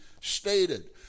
stated